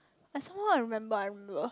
like somehow I remember I remember